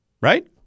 Right